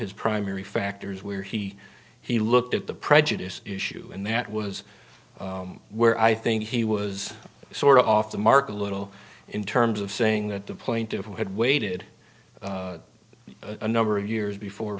his primary factors where he he looked at the prejudice issue and that was where i think he was sort of off the mark a little in terms of saying that the plaintiff who had waited a number of years before